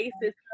basis